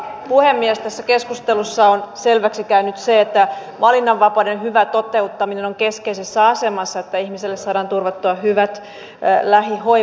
tässä keskustelussa on selväksi käynyt se että valinnanvapauden hyvä toteuttaminen on keskeisessä asemassa että ihmiselle saadaan turvattua hyvät lähihoivapalvelut